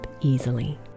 easily